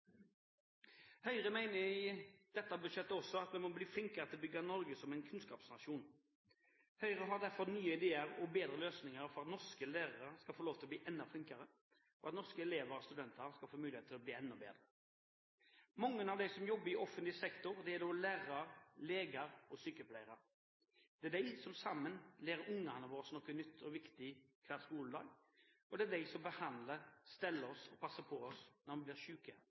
Høyre mener også i dette budsjettforslaget at man må bli flinkere til å bygge Norge som en kunnskapsnasjon. Høyre har derfor nye ideer og bedre løsninger for at norske lærere skal få lov til å bli enda flinkere, og at norske elever og studenter skal få mulighet til å bli enda bedre. Mange av dem som jobber i offentlig sektor, er lærere, leger og sykepleiere. Det er de som sammen lærer ungene våre noe nytt og viktig hver skoledag, og det er de som behandler oss, steller oss og passer på oss når vi